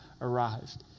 arrived